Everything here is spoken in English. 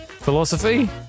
Philosophy